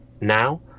now